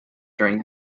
during